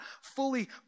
fully